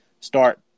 start